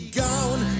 gone